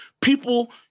people